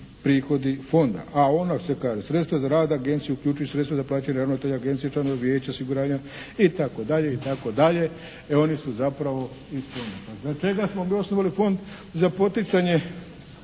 prihodi fonda“ a onda se kaže “sredstva za rad agencije uključuju sredstva za plaćanje ravnatelja agencije, članova vijeća, osiguranja itd. itd.“ i oni su zapravo …/Govornik se ne razumije./… Za čega smo mi osnovali fond? Za poticanje